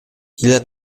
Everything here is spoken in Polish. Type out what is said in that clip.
ile